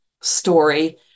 story